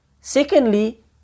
Secondly